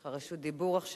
יש לך רשות דיבור עכשיו,